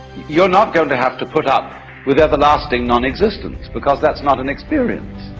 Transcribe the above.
you're not going to have to put up with everlasting non-existence, because that's not an experience.